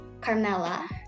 Carmela